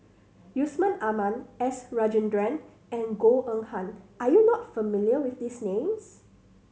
Yusman Aman S Rajendran and Goh Eng Han are you not familiar with these names